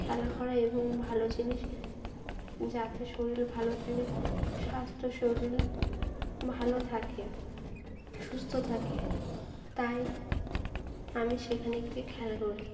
খেলা করা এবং ভালো জিনিস যাতে শরীর ভালো থাকে স্বাস্থ্য শরীর ভালো থাকে সুস্থ থাকে তাই আমি সেখানে গিয়ে খেলা করি